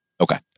Okay